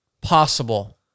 possible